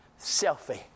Selfie